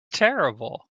terrible